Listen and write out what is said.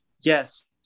Yes